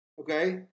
okay